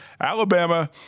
Alabama